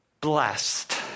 blessed